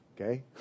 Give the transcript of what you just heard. okay